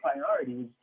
priorities